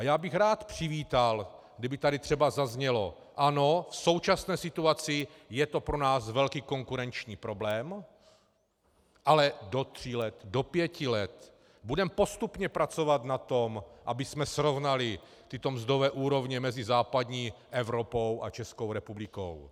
Já bych rád přivítal, kdyby tady třeba zaznělo: ano, v současné situaci je to pro nás velký konkurenční problém, ale do tří, pěti let budeme postupně pracovat na tom, abychom srovnali mzdové úrovně mezi západní Evropou a Českou republikou.